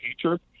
future